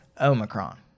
Omicron